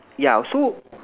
yeah so